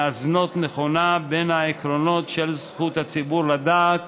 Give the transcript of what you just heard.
מאזנות נכונה בין העקרונות של זכות הציבור לדעת